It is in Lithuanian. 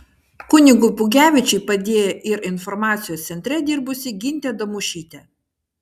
kunigui pugevičiui padėjo ir informacijos centre dirbusi gintė damušytė